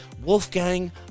Wolfgang